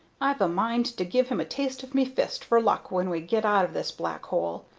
i've a mind to give him a taste of me fist for luck when we get out of this black hole!